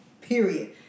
period